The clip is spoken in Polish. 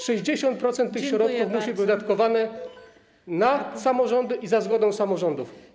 60% tych środków musi być wydatkowane na samorządy i za zgodą samorządów.